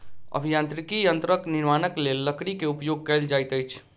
अभियांत्रिकी यंत्रक निर्माणक लेल लकड़ी के उपयोग कयल जाइत अछि